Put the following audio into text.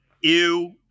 ew